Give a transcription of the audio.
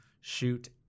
shoot